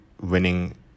winning